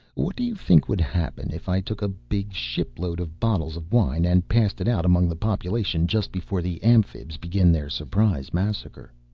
what do you think would happen if i took a big shipload of bottles of wine and passed it out among the population just before the amphibs begin their surprise massacre?